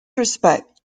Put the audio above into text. respect